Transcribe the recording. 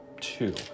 Two